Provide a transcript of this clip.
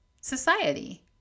society